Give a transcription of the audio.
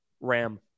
RAM